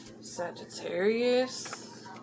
Sagittarius